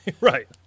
Right